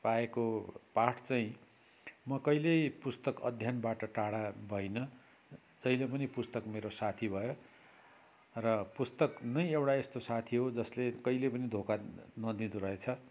पाएको पाठ चाहिँ म कहिले पुस्तक अध्ययनबाट टाढा भइनँ जहिले पनि पुस्तक मेरो साथी भयो र पुस्तक नै एउटा यस्तो साथी हो जसले कैले पनि धोका नदिँदो रहेछ